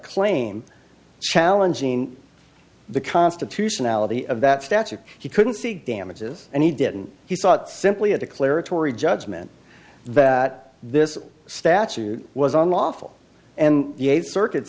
claim challenging the constitutionality of that statute he couldn't see damages and he didn't he sought simply a declaratory judgment that this statute was unlawful and